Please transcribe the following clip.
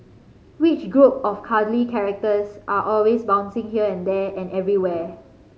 which group of cuddly characters are always bouncing here and there and everywhere